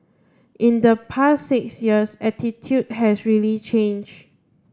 in the past six years attitude has really changed